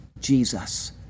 Jesus